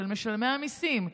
של משלמי המיסים,